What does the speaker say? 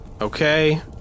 Okay